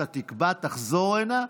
אתה תקבע ותחזור הנה,